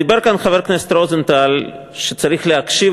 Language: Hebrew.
דיבר כאן חבר הכנסת רוזנטל שצריך להקשיב